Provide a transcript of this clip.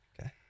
Okay